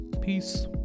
Peace